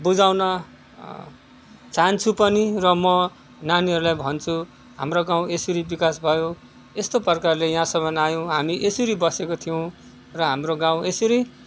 बुझाउन चाहन्छु पनि र म नानीहरूलाई भन्छु हाम्रो गाउँ यसरी विकास भयो यस्तो प्रकारले यहाँसम्म आयौँ हामी यसरी बसेको थियौँ र हाम्रो गाउँ यसरी